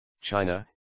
China